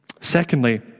Secondly